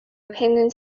opinions